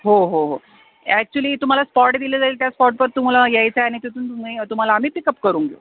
हो हो हो ॲक्चुली तुम्हाला स्पॉट दिले जाईल त्या स्पॉटवर तुम्हाला यायचं आणि तिथून तुम्ही तुम्हाला आम्ही पिकप करून घेऊ